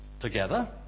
together